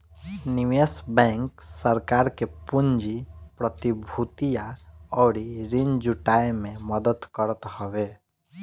निवेश बैंक सरकार के पूंजी, प्रतिभूतियां अउरी ऋण जुटाए में मदद करत हवे